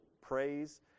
praise